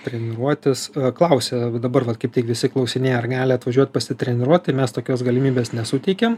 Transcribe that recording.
treniruotis klausia vat dabar vat kaip tik visi klausinėja ar gali atvažiuot pasitreniruot tai mes tokios galimybės nesuteikiam